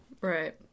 Right